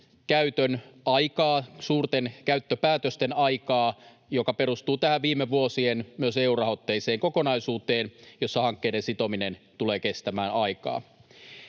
suurten käyttöpäätösten aikaa, mikä perustuu tähän viime vuosien myös EU-rahoitteiseen kokonaisuuteen, jossa hankkeiden sitominen tulee kestämään aikaa.